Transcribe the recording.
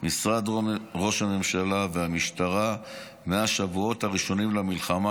משרד ראש הממשלה והמשטרה מהשבועות הראשונים למלחמה אל